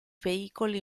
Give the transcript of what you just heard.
veicoli